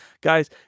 guys